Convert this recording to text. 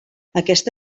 aquesta